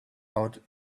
out